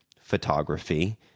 photography